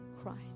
Christ